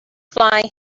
flying